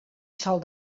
sol